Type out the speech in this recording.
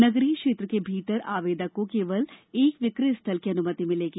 नगरीय क्षेत्र के भीतर आवेदक को केवल एक विक्रय स्थल की अनुमति मिलेगी